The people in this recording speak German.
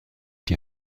die